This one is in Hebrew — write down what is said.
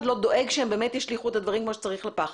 לא דואג שהם באמת ישליכו את הדברים כמו שצריך לפח.